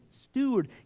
steward